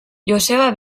joseba